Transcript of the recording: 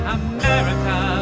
america